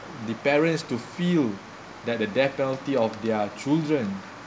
the parents to feel that the death penalty of their children